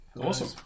Awesome